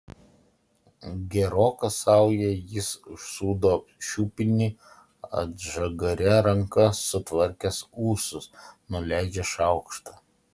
geroka sauja jis užsūdo šiupinį atžagaria ranka sutvarkęs ūsus nuleidžia šaukštą